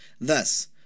thus